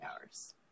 hours